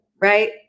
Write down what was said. right